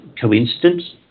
coincidence